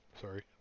Sorry